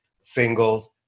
singles